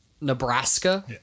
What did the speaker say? Nebraska